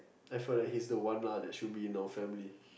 I felt like he's the one lah that should be in our family